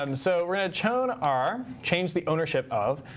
um so we're gonna chown r, change the ownership of.